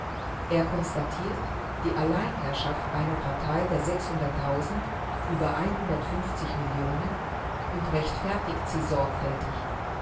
er konstatiert die alleinherrschaft einer partei der über millionen und rechtfertigt sie sorgfältig